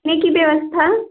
ने की व्यवस्था